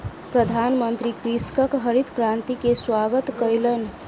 प्रधानमंत्री कृषकक हरित क्रांति के स्वागत कयलैन